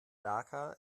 dhaka